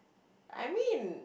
I mean